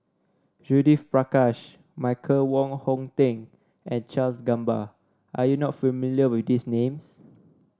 Judith Prakash Michael Wong Hong Teng and Charles Gamba are you not familiar with these names